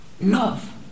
Love